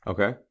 Okay